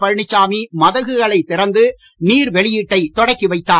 பழனிசாமி மதகுகளைத் திறந்து நீர் வெளியீட்டைத் தொடக்கி வைத்தார்